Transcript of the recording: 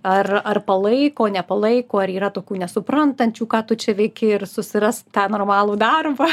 ar ar palaiko nepalaiko ar yra tokių nesuprantančių ką tu čia veiki ir susirask tą normalų darbą